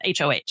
hoh